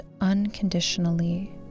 unconditionally